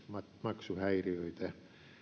maksuhäiriöitä